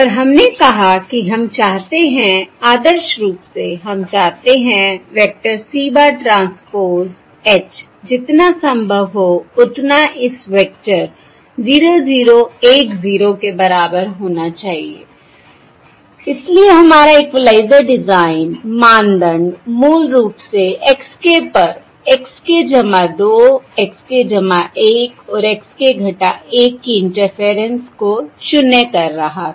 और हमने कहा कि हम चाहते हैं आदर्श रूप से हम चाहते हैं vector c bar transpose H जितना संभव हो उतना इस वेक्टर 0 0 1 0 के बराबर होना चाहिए इसलिए हमारा इक्वलाइज़र डिजाइन मानदंड मूल रूप से x पर x k 2 x k 1 और x की इंटरफेयरेंस को शून्य कर रहा था